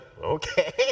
okay